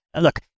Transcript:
look